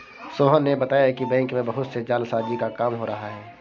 सोहन ने बताया कि बैंक में बहुत से जालसाजी का काम हो रहा है